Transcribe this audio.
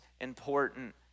important